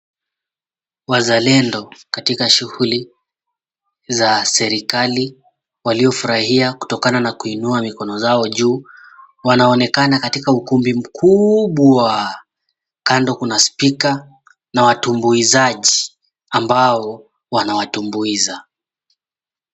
Wazalendo katika shughuli za serikali waliofurahia kutokana na kuinua mikono zao juu wanaonekana katika ukumbi mkubwa. Kando kuna spika na watumbuizaji ambao wanawatumbuiza.